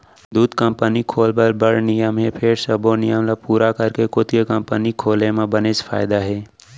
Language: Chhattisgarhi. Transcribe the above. दूद कंपनी खोल बर बड़ नियम हे फेर सबो नियम ल पूरा करके खुद के कंपनी खोले म बनेच फायदा हे